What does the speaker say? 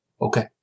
okay